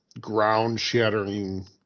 ground-shattering